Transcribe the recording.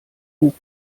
bug